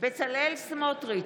בצלאל סמוטריץ'